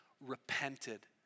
repented